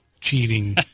cheating